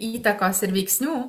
įtakos ir veiksnių